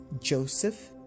Joseph